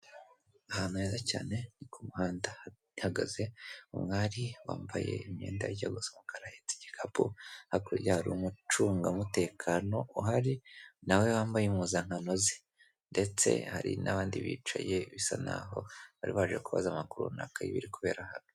Ahantu heza cyane ku muhanda, hahagaze umwari wambaye imyenda ijya gusa umukara uhetse igikapu, hakurya hari umucungamutekano, uhari nawe wambaye impuzangano ze, ndetse hari n'abandi bicaye bisa naho bari baje kubaza amakuru runaka y'ibiri kubera hano.